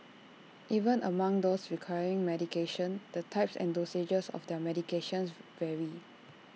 even among those requiring medication the types and dosages of their medications vary